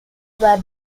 were